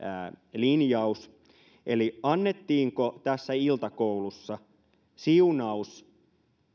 linjaus eli annettiinko tässä iltakoulussa siunaus